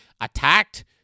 attacked